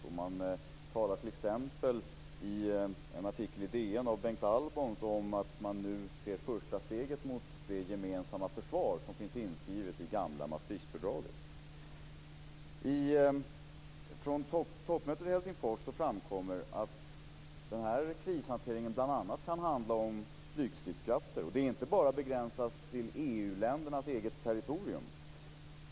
I en artikel i DN av Bengt Albons talas det t.ex. om att man nu ser första steget mot det gemensamma försvar som finns inskrivet i gamla Från toppmötet i Helsingfors framkommer att den här krishanteringen bl.a. kan handla om flygstridskrafter. Det är inte bara begränsat till EU-ländernas egna territorier.